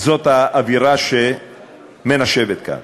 זאת האווירה שמנשבת כאן.